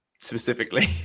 specifically